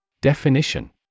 Definition